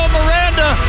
Miranda